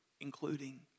including